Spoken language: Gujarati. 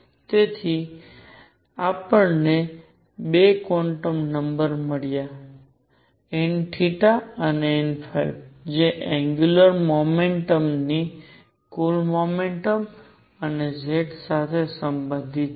તેથી આપણને 2 ક્વોન્ટમ નંબર મળ્યા છે n અને n જે એંગ્યુંલર મોમેન્ટમ ની કુલ મોમેન્ટમ અને z સાથે સંબંધિત છે